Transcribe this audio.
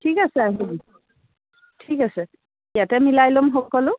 ঠিক আছে আহিব ঠিক আছে ইয়াতে মিলাই ল'ম সকলো